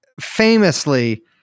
famously